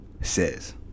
says